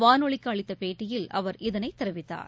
வானொலிக்குஅளித்தபேட்டியில் அவர் இதனைதெரிவித்தார்